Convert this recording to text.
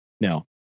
No